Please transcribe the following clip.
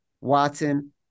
Watson